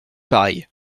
pareil